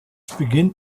beginnt